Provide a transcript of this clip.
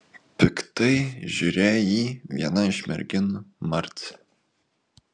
piktai žiūrėjo į jį viena iš merginų marcė